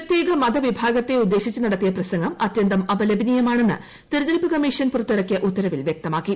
പ്രത്യേക മത വിഭാഗത്തേയും ഉദ്ദേശിച്ച് നടത്തിയ പ്രസംഗം അതൃന്തം അപലപനീയമാണെന്ന് തെരഞ്ഞെടുപ്പ് കമ്മീഷൻ പുറത്തിറക്കിയ ഉത്തരവിൽ വ്യക്തമാക്കി